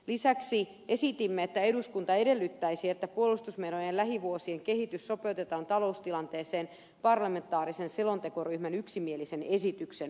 lisäksi esitimme että eduskunta edellyttäisi että puolustusmenojen lähivuosien kehitys sopeutetaan taloustilanteeseen parlamentaarisen selontekoryhmän yksimielisen esityksen mukaisesti